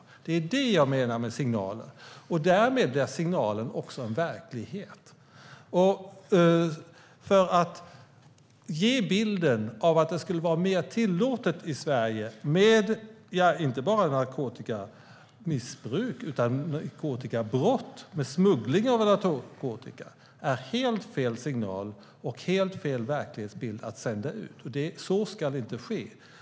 Det är det jag menar med signal, och därmed blir signalen också en verklighet. Att det skulle vara mer tillåtet i Sverige med inte bara narkotikamissbruk utan också narkotikabrott som smuggling av narkotika är helt fel signal och helt fel verklighetsbild att sända ut. Så ska inte ske.